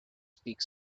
speak